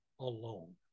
alone